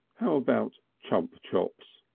how about chump chops?